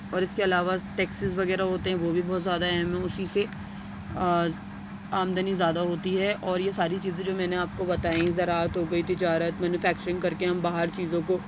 اور اس کے علاوہ ٹیکسز وغیرہ ہوتے ہیں وہ بھی بہت زیادہ اہم ہیں اسی سے آمدنی زیادہ ہوتی ہے اور یہ ساری چیزیں جو میں نے آپ کو بتائیں زراعت ہوگئی تجارت مینوفیکچرنگ کر کے ہم باہر چیزوں کو